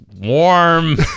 warm